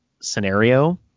scenario